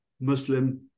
Muslim